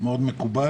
הוא היה מאוד מקובל.